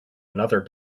another